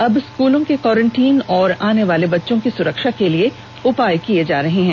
अब स्कूलों के कोरेंटीन और आने वाले बच्चों की सुरक्षा के लिए उपाय किये जा रहे हैं